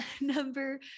number